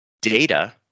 data